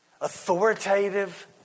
authoritative